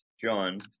John